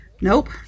Nope